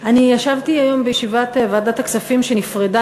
אני ישבתי היום בישיבת ועדת הכספים שנפרדה,